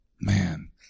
man